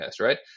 right